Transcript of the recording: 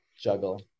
juggle